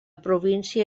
província